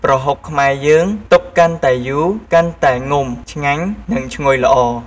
ប្រហុកខ្មែរយើង ទុកកាន់តែយូរ កាន់តែងំ ឆ្ងាញ់ និងឈ្ងុយល្អ។